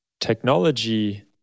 technology